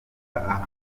ahantu